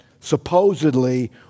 supposedly